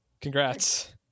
Congrats